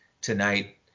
tonight